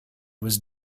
was